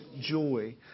joy